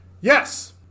Yes